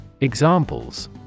Examples